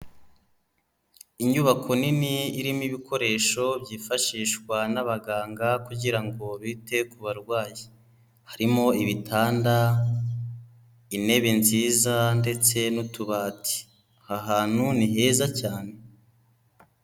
Inyubako nini irimo ibikoresho byifashishwa n'abaganga kugirango bite ku barwayi. Harimo ibitanda, intebe nziza, ndetse n'utubati. Aha hantu ni heza cyane.